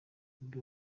bobi